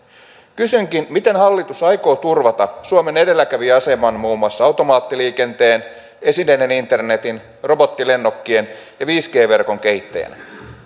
kysynkin miten hallitus aikoo turvata suomen edelläkävijäaseman muun muassa automaattiliikenteen esineiden internetin robottilennokkien ja viisi g verkon kehittäjänä